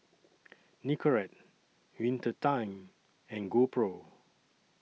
Nicorette Winter Time and GoPro